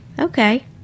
Okay